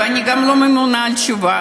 ואני גם לא ממונה על התשובה.